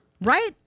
Right